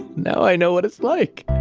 now i know what it's like,